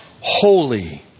holy